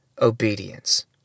Obedience